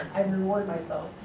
i reward myself.